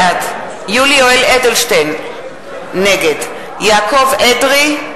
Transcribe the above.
בעד יולי יואל אדלשטיין, נגד יעקב אדרי,